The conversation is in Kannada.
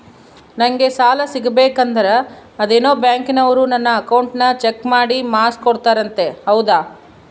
ನಂಗೆ ಸಾಲ ಸಿಗಬೇಕಂದರ ಅದೇನೋ ಬ್ಯಾಂಕನವರು ನನ್ನ ಅಕೌಂಟನ್ನ ಚೆಕ್ ಮಾಡಿ ಮಾರ್ಕ್ಸ್ ಕೋಡ್ತಾರಂತೆ ಹೌದಾ?